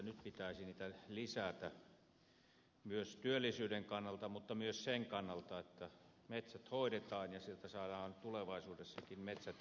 nyt pitäisi niitä lisätä myös työllisyyden kannalta mutta myös sen kannalta että metsät hoidetaan ja sieltä saadaan tulevaisuudessakin metsäteollisuudelle raaka ainetta